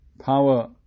power